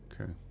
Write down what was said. Okay